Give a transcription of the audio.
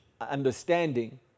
understanding